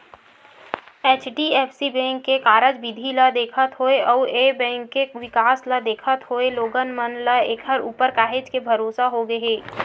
HDFC bank के कारज बिधि ल देखत होय अउ ए बेंक के बिकास ल देखत होय लोगन मन ल ऐखर ऊपर काहेच के भरोसा होगे हे